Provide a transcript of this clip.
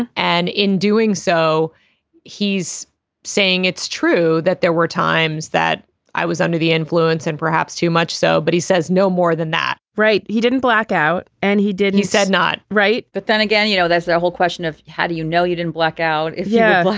and and in doing so he's saying it's true that there were times that i was under the influence and perhaps too much so. but he says no more than that right. he didn't blacked out and he did. he said not right. but then again you know that's the whole question of how do you know you didn't black out. yeah.